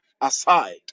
aside